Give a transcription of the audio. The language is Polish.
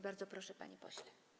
Bardzo proszę, panie pośle.